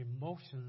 emotions